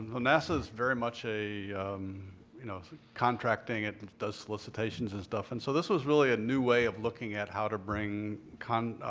nasa is very much a you know contracting, it does solicitations and stuff and so this was really a new way of looking at how to bring kind of